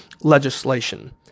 legislation